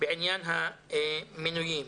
בעניין המינויים,